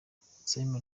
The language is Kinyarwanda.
simon